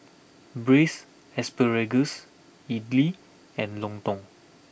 Braised Asparagus Idly and Lontong